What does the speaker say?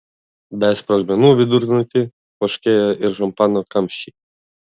be sprogmenų vidurnaktį poškėjo ir šampano kamščiai